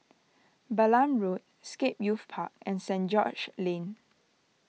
Balam Road Scape Youth Park and Saint George's Lane